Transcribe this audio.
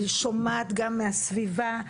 שומעת גם מהסביבה,